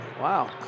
Wow